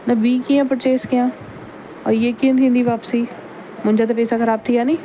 त ॿी कीअं परचेज कयां और हे कीअं थींदी वापसी मुंहिंजा त पैसा ख़राबु थी विया नी